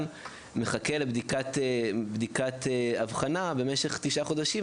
מחכה לבדיקת אבחנה במשך תשעה חודשים,